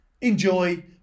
enjoy